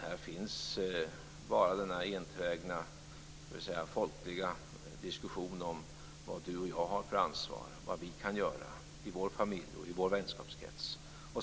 Här finns bara denna enträgna folkliga diskussion om vad du och jag har för ansvar, vad vi kan göra i vår familj och vår vänskapskrets.